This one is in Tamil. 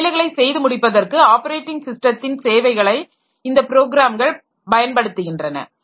சில வேலைகளை செய்து முடிப்பதற்கு ஆப்பரேட்டிங் ஸிஸ்டத்தின் சேவைகளை இந்த ப்ரோக்ராம்கள் பயன்படுத்துகின்றன